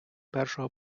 першого